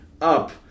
up